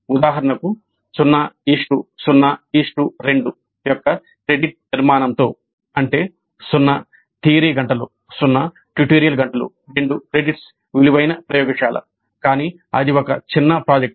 ఉదాహరణకు 0 0 2 యొక్క క్రెడిట్ నిర్మాణంతో అంటే 0 థియరీ గంటలు 0 ట్యుటోరియల్ గంటలు 2 క్రెడిట్స్ విలువైన ప్రయోగశాల కానీ అది ఒక చిన్న ప్రాజెక్ట్